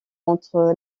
entre